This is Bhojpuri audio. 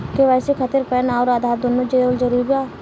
के.वाइ.सी खातिर पैन आउर आधार दुनों देवल जरूरी बा?